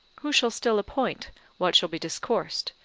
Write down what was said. who shall still appoint what shall be discoursed,